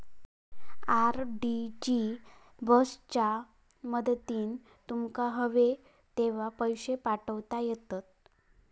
RTGS च्या मदतीन तुमका हवे तेव्हा पैशे पाठवता येतत